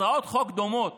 הצעות חוק דומות